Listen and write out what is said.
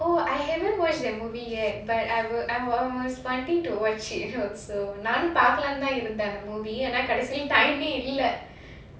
oh I haven't watched that movie yet but I will I wa~ I was wanting to watch it also நானும் பாக்கலாம்தான் இருந்த அந்த:naanum paaklamnudhan irundha andha movie ஆனா கடைசியில:aanaa kadaisiyila time eh இல்ல:illa